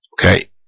Okay